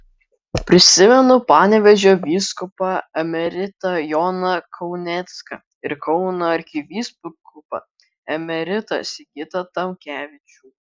prisimenu panevėžio vyskupą emeritą joną kaunecką ir kauno arkivyskupą emeritą sigitą tamkevičių